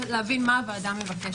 רק להבין מה הוועדה מבקשת.